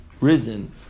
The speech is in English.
risen